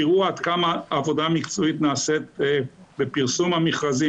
תראו עד כמה נעשית עבודה מקצועית בפרסום המכרזים